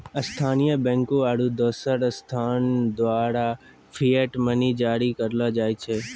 स्थानीय बैंकों आरू दोसर संस्थान द्वारा फिएट मनी जारी करलो जाय छै